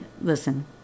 Listen